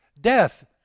Death